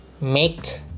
make